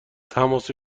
تماس